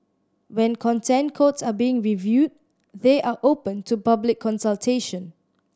when Content Codes are being reviewed they are open to public consultation